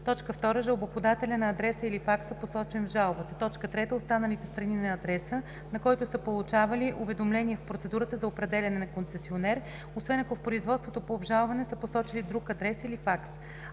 2. жалбоподателя – на адреса или факса, посочен в жалбата; 3. останалите страни – на адреса, на който са получавали уведомления в процедурата за определяне на концесионер, освен ако в производството по обжалване са посочили друг адрес или факс.